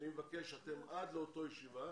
עד לאותה ישיבה,